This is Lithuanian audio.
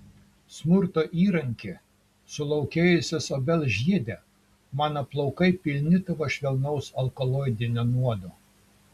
smurto įranki sulaukėjusios obels žiede mano plaukai pilni tavo švelnaus alkaloidinio nuodo